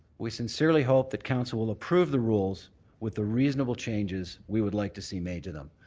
we sincerely hope that council will approve the rules with the reasonable changes we would like to see made to them.